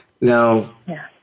Now